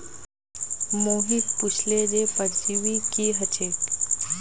मोहित पुछले जे परजीवी की ह छेक